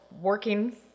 working